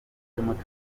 y’umuco